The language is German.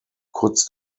kurz